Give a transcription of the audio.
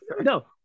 No